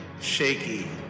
shaky